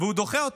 והוא דוחה אותו?